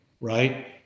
right